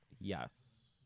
Yes